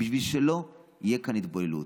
בשביל שלא תהיה כאן התבוללות.